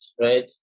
right